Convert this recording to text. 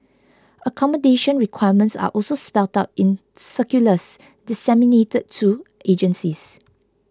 accommodation requirements are also spelt out in circulars disseminated to agencies